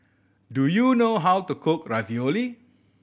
do you know how to cook Ravioli